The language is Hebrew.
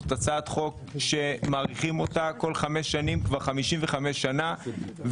זו הצעת חוק שמאריכים אותה כבר 55 שנה כל חמש שנים.